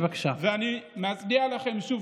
ואני מצדיע לכם שוב.